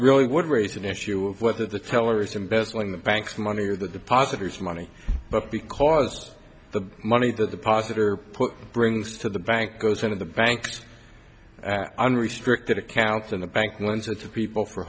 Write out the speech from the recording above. really would raise an issue of whether the tellers embezzling the bank's money or the depositors money but because the money that the posset are put brings to the bank goes into the banks unrestricted accounts in the bank lends it to people for